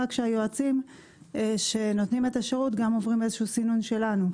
רק שהיועצים שנותנים את השירות עוברים את הסינון שלנו.